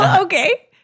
Okay